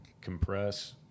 compress